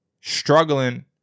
struggling